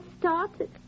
started